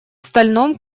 стальном